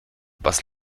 was